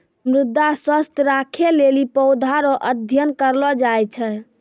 मृदा स्वास्थ्य राखै लेली पौधा रो अध्ययन करलो जाय छै